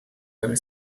very